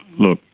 look,